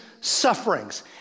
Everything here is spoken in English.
sufferings